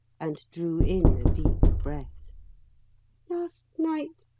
and drew in a deep breath last night,